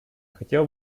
хотел